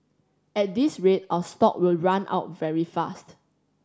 at this rate our stock will run out very fast